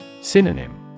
Synonym